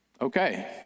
Okay